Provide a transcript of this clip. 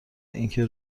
اینکه